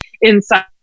inside